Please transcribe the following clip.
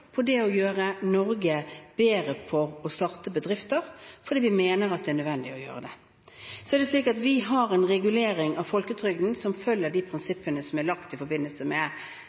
på det å gjøre Norge bedre for å starte bedrifter, fordi vi mener det er nødvendig å gjøre det. Vi har en regulering av folketrygden som følger de prinsippene som er lagt i forbindelse med